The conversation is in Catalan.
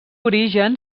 origen